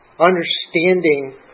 understanding